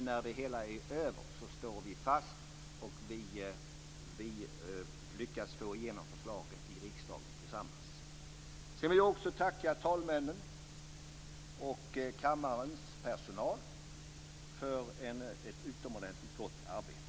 När det hela är över står vi fast, och vi har lyckats få igenom förslagen i riksdagen tillsammans. Sedan vill jag tacka talmännen och kammarens personal för ett utomordentligt gott arbete.